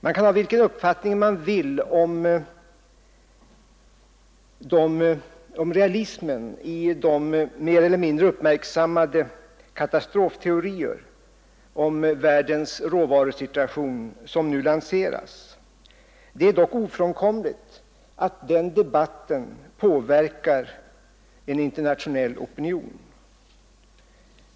Man kan ha vilken uppfattning man vill om realismen i de mer eller mindre uppmärksammade katastrofteorier om världens råvarusituation som nu lanseras. Det är dock ofrånkomligt att den debatten påverkar en internationell opinion.